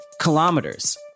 kilometers